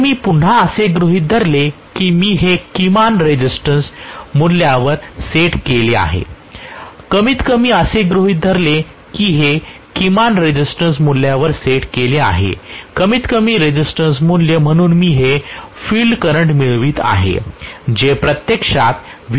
जर मी पुन्हा असे गृहीत धरले की मी हे किमान रेसिस्टन्स मूल्यावर सेट केले आहे कमीतकमी रेसिस्टन्स मूल्य म्हणून मी हे फील्ड करंट मिळवित आहे जे प्रत्यक्षात येणार आहे